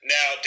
Now